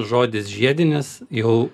žodis žiedinis jau